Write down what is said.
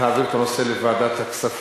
אנחנו נצביע, להעביר את הנושא לוועדת הכספים.